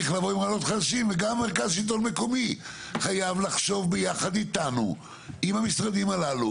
וגם מרכז שלטון מקומי חייב לחשוב ביחד איתנו עם המשרדים הללו,